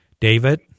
David